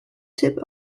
tip